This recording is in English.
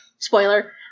Spoiler